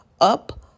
up